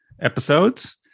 episodes